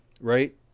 right